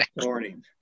morning